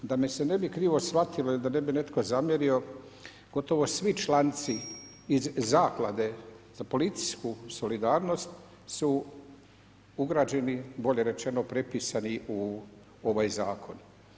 Da me se ne bi krivo shvatilo i da ne bi netko zamjerio, gotovo svi članci iz Zaklade za policijsku solidarnost ugrađeni, bolje rečeno prepisani u ovaj zakon.